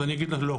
אז אני אגיד לך לא.